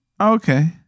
okay